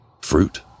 fruit